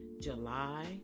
July